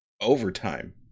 overtime